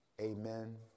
amen